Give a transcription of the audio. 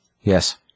Yes